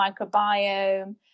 microbiome